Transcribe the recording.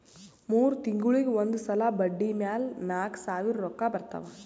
ಮೂರ್ ತಿಂಗುಳಿಗ್ ಒಂದ್ ಸಲಾ ಬಡ್ಡಿ ಮ್ಯಾಲ ನಾಕ್ ಸಾವಿರ್ ರೊಕ್ಕಾ ಬರ್ತಾವ್